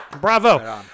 Bravo